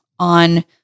on